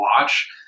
watch